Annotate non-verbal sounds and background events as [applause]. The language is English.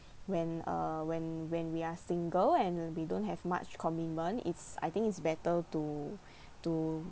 when uh when when we are single and we don't have much commitment it's I think it's better to [breath] to